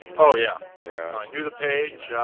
oh, yeah. yeah. i knew the page,